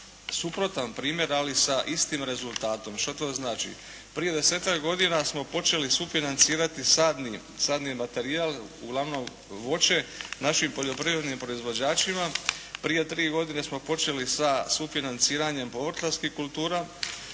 suprotan primjer, ali sa istim rezultatom. Što to znači? Prije desetak godina smo počeli sufinancirati sadni materijal uglavnom voće naši poljoprivrednim proizvođačima, prije tri godine smo počeli sa sufinanciranjem povrtlarskih kultura,